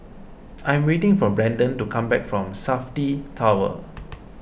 I am waiting for Branden to come back from Safti Tower